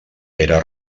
era